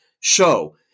show